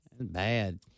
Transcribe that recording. Bad